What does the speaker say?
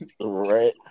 Right